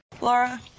Laura